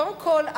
קודם כול,